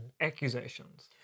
accusations